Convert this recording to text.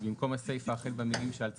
ובמקום הסיפה החל במילים "שעל צרכנים"